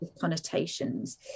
connotations